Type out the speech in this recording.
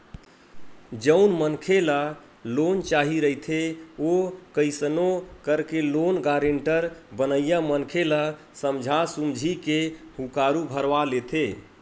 जउन मनखे ल लोन चाही रहिथे ओ कइसनो करके लोन गारेंटर बनइया मनखे ल समझा सुमझी के हुँकारू भरवा लेथे